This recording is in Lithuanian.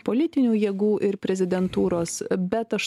politinių jėgų ir prezidentūros bet aš